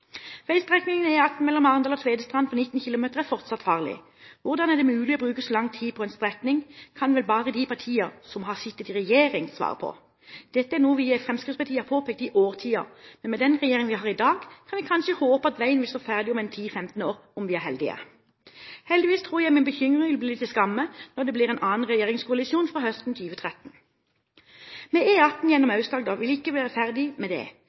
Veistrekningen E18 mellom Arendal og Tvedestrand på 19 kilometer er fortsatt farlig. Hvordan det er mulig å bruke så lang tid på en strekning, kan vel bare de partier som har sittet i regjering, svare på. Dette er noe vi i Fremskrittspartiet har påpekt i årtier. Med den regjeringen vi har i dag, kan vi kanskje håpe at veien vil stå ferdig om 10–15 år – om vi er heldige. Heldigvis tror jeg min bekymring vil bli gjort til skamme når det blir en annen regjeringskoalisjon fra høsten 2013. Men E18 gjennom Aust-Agder vil ikke være ferdig med det.